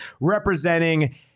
representing